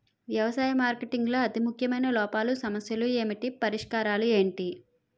వ్యవసాయ మార్కెటింగ్ లో అతి ముఖ్యమైన లోపాలు సమస్యలు ఏమిటి పరిష్కారాలు ఏంటి?